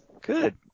Good